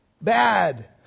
bad